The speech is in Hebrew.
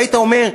היית אומר: